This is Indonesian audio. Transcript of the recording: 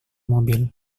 mobil